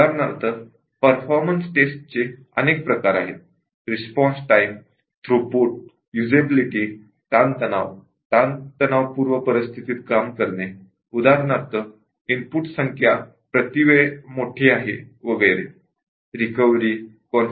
उदाहरणार्थ परफॉर्मन्स टेस्टचे अनेक प्रकार आहेत रिस्पॉन्स टाइम थ्रुपुटयुजेबिलिटीरिकव्हरीकॉन्फिगरेशन